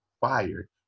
fired